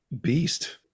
beast